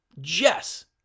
Jess